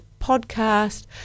podcast